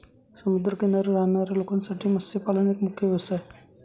समुद्र किनारी राहणाऱ्या लोकांसाठी मत्स्यपालन एक मुख्य व्यवसाय आहे